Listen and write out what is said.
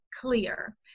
clear